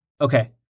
Okay